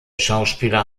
schauspieler